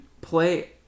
play